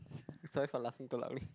sorry for laughing too loudly